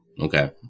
Okay